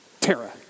Tara